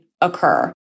Occur